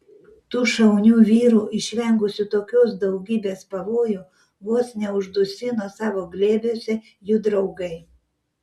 tų šaunių vyrų išvengusių tokios daugybės pavojų vos neuždusino savo glėbiuose jų draugai